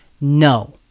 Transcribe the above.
No